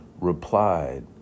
replied